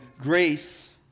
grace